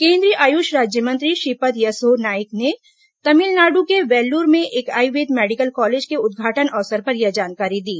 केंद्रीय आयुष राज्यमंत्री श्रीपद यसो नाइक ने तमिलनाडु के वेल्लूर में एक आयुर्वेद मेडिकल कॉलेज के उद्घाटन अवसर पर यह जानकारी दी